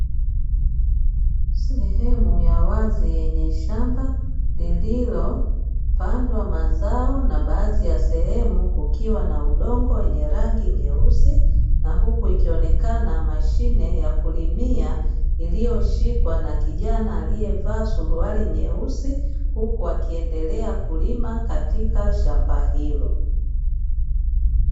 Sehemu ya wazi yenye shamba lililopandwa mazao na baadhi ya sehemu kukiwa na udongo wenye rangi nyeusi, na huku ikionekana mashine ya kulimia iliyoshikwa na kijana aliyevaa suruali nyeusi huku wakiendelea kulima katika shamba hilo.